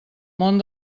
món